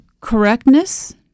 Correctness